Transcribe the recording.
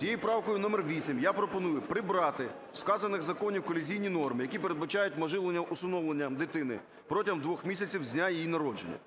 Цією правкою номер 8 я пропоную прибрати з вказаних законів колізійні норми, які передбачають можливе усиновлення дитини протягом двох місяців з дня її народження,